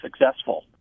successful